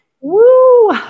Woo